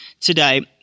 today